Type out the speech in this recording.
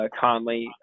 Conley